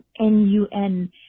n-u-n